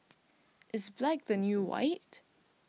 is black the new white